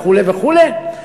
וכו' וכו',